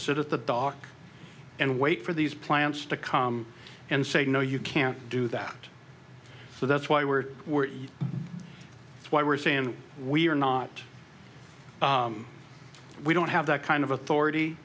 sit at the dock and wait for these plants to come and say no you can't do that so that's why we're we're what we're saying we're not we don't have that kind of authority